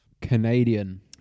Canadian